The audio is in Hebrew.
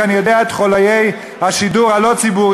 כי אני יודע את חוליי השידור הלא-הציבורי,